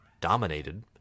dominated